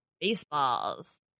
baseballs